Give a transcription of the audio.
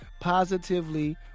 positively